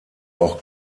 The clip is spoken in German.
auch